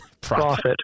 Profit